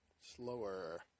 Slower